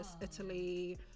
italy